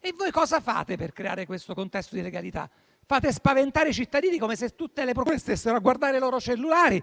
E voi cosa fate per creare questo contesto di legalità? Spaventate i cittadini, come se tutte le procure stessero a guardare i loro cellulari,